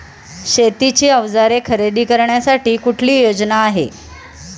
शेतीची अवजारे खरेदी करण्यासाठी कुठली योजना आहे?